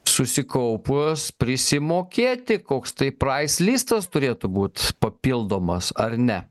susikaupus prisimokėti koks tai prais listas turėtų būt papildomas ar ne